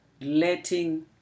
letting